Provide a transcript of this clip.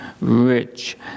rich